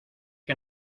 que